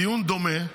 דיון דומה,